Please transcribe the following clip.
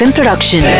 Production